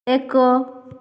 ଏକ